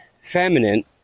feminine